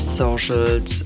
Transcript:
socials